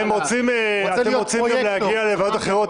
אתם רוצים להגיע לוועדות אחרות,